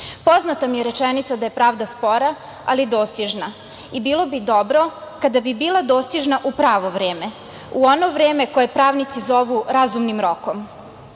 praksi. Poznata mi je rečenica da je pravda spora, ali dostižna, i bilo bi dobro kada bi bila dostižna u pravo vreme, u ono vreme koje pravnici zovu razumnim rokom.